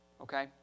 Okay